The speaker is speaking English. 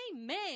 Amen